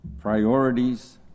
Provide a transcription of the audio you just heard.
priorities